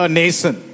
nation